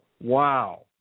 Wow